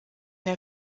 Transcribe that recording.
der